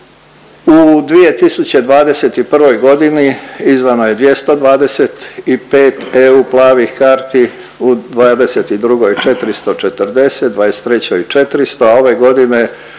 U 2021. godini izdano je 225 EU plavih karti, u '22. 440, '23 400, a ove godine